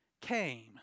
came